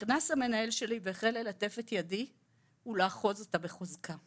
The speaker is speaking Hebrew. המנהל שלי נכנס והחל ללטף את ידי ולאחוז אותה בחוזקה.